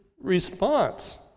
response